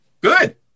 Good